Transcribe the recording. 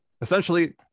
essentially